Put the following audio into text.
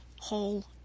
whole